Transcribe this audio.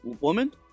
woman